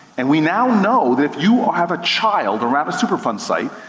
and we now know that if you have a child around a superfund site,